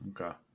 Okay